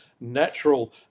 natural